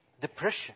depression